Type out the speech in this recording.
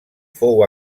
fou